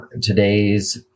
today's